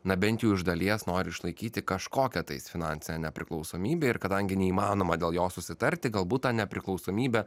na bent jau iš dalies nori išlaikyti kažkokią tais finansinę nepriklausomybę ir kadangi neįmanoma dėl jos susitarti galbūt tą nepriklausomybę